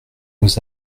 vos